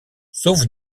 sauf